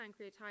pancreatitis